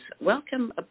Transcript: Welcome